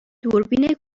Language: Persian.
دوربین